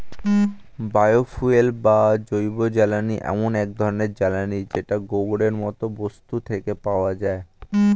bio fuel বা জৈবজ্বালানী এমন এক ধরণের জ্বালানী যেটা গোবরের মতো বস্তু থেকে পাওয়া যায়